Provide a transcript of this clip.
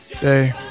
day